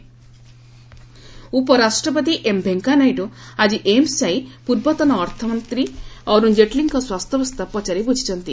Jaitley hospital ଉପରାଷ୍ଟ୍ରପତି M Venkaiah Naidu ଆଜି ଏମ୍ସ୍ ଯାଇ ପୂର୍ବତନ ଅର୍ଥମନ୍ତ୍ରୀ ଅରୁଣ କେଟ୍ଲୀଙ୍କ ସ୍ୱାସ୍ଥ୍ୟାବସ୍ଥା ପଚାରି ବୁଝିଛନ୍ତି